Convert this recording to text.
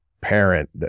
parent